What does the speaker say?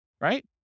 right